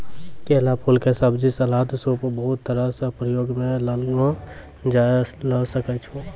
केला फूल के सब्जी, सलाद, सूप बहुत तरह सॅ प्रयोग मॅ लानलो जाय ल सकै छो